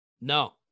No